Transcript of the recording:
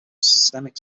systemic